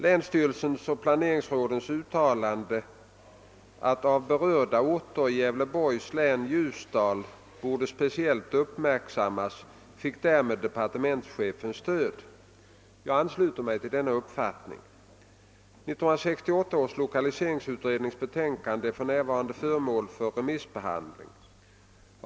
Länsstyrel sens och planeringsrådets uttalanden att av berörda orter i Gävleborgs län Ljusdal borde speciellt uppmärksammas fick därmed departementschefens stöd. Jag ansluter mig till denna uppfattning. 1968 års lokaliseringsutrednings betänkande är för närvarande föremål för remissbehandling.